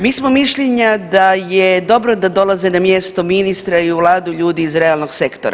Mi smo mišljenja da je dobro da dolaze na mjesto ministra i u Vladu ljudi iz realnog sektora.